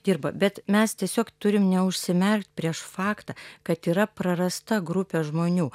dirba bet mes tiesiog turim neužsimerkt prieš faktą kad yra prarasta grupė žmonių